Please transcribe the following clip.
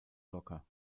locker